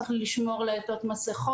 צריך לשמור כך שיעטו מסכות.